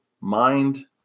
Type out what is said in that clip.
mind